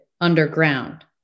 underground